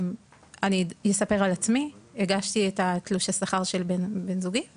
אני אספר על עצמי: הגשתי את תלושי השכר של בן זוגי,